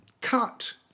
cut